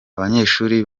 abanyeshuri